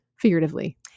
figuratively